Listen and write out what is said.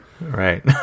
Right